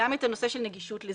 גם הנושא של נגישות ל"זום".